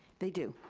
they do.